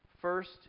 First